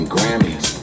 Grammys